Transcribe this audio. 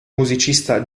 musicista